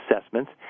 assessments